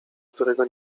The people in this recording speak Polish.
którego